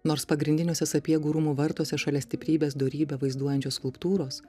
nors pagrindiniuose sapiegų rūmų vartuose šalia stiprybės dorybę vaizduojančios skulptūros